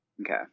Okay